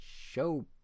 show